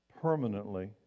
permanently